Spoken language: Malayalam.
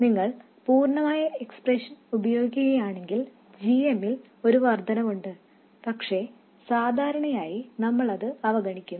നിങ്ങൾ പൂർണ്ണമായ എക്സ്പ്രഷൻ ഉപയോഗിക്കുകയാണെങ്കിൽ g m ൽ ഒരു വർദ്ധനവുണ്ട് പക്ഷേ സാധാരണയായി നമ്മൾ അത് അവഗണിക്കും